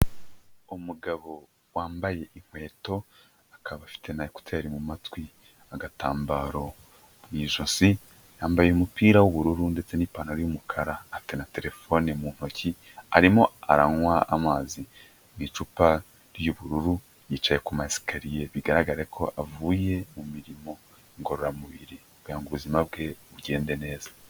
Umugabo wambaye inkweto, akaba afite na ekuteri mu matwi, agatambaro mu ijosi, yambaye umupira w'ubururu ndetse n'ipantaro y'umukara, afite na terefone mu ntoki, arimo aranywa amazi mu icupa ry'ubururu, yicaye ku ma esakariye bigaraga ko avuye mu mirimo ngororamubiri kugira ngo ubuzima bwe bugende neza.